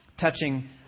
touching